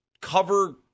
cover